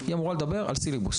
היא אמורה לדבר על הסילבוס.